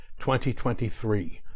2023